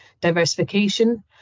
diversification